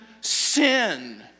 sin